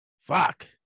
Fuck